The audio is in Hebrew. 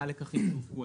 מהם הלקחים שהופקו.